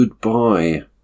Goodbye